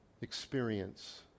experience